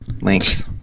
links